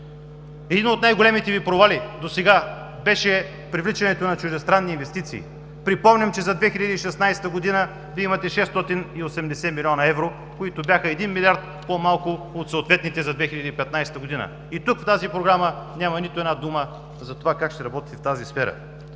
Един от най-големите Ви провали досега беше привличането на чуждестранни инвестиции. Припомням, че за 2016 г. имате 680 млн. евро, които бяха 1 милиард по-малко от съответните за 2015 г. И тук, в тази Програма, няма нито една дума за това как ще работите в тази сфера.